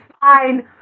fine